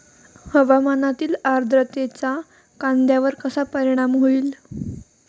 हवामानातील आर्द्रतेचा कांद्यावर कसा परिणाम होईल?